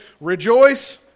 rejoice